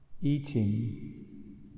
eating